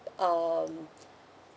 um